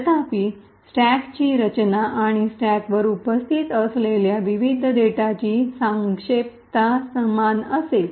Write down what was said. तथापि स्टॅकची रचना आणि स्टॅकवर उपस्थित असलेल्या विविध डेटाची सापेक्षता समान असेल